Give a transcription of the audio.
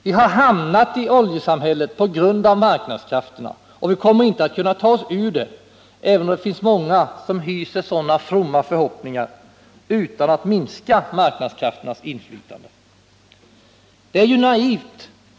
Vi har hamnat i oljesamhället på grund av marknadskrafterna, och vi kommer inte att kunna ta oss ur det, även om det finns många som hyser sådana fromma förhoppningar, utan att minska marknadskrafternas inflytande.